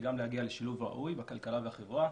וגם להגיע לשילוב ראוי בכלכלה ובחברה.